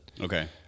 Okay